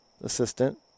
Assistant